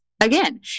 again